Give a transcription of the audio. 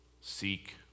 seek